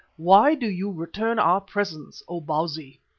why do you return our presents, o bausi?